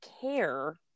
care